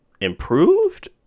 improved